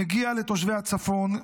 מגיע לתושבי הצפון,